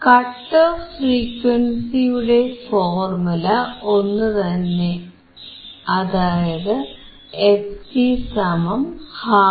cut off ഫ്രീക്വൻസിയുടെ formula ഒന്നുതന്നെ അതായത് fc12πRC ആണ്